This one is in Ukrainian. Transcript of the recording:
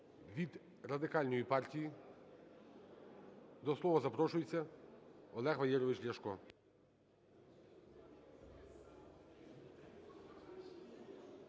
Від Радикальної партії до слова запрошується Олег Валерійович Ляшко.